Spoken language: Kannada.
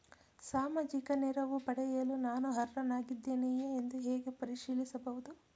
ಸಾಮಾಜಿಕ ನೆರವು ಪಡೆಯಲು ನಾನು ಅರ್ಹನಾಗಿದ್ದೇನೆಯೇ ಎಂದು ಹೇಗೆ ಪರಿಶೀಲಿಸಬಹುದು?